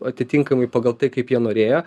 atitinkamai pagal tai kaip jie norėjo